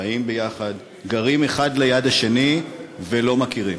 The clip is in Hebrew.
חיים ביחד, גרים האחד ליד השני, ולא מכירים.